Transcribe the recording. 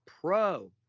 pro